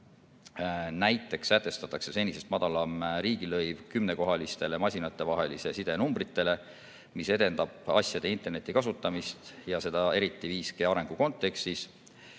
Näiteks sätestatakse senisest madalam riigilõiv 10-kohalistele masinatevahelise side numbritele, mis edendab asjade interneti kasutamist, seda eriti 5G arengu kontekstis.